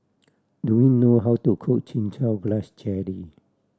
do you know how to cook Chin Chow Grass Jelly